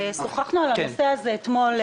שוחחנו על הנושא הזה אתמול.